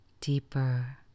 deeper